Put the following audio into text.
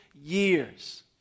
years